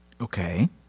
Okay